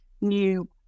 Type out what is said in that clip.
new